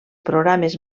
programes